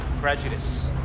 prejudice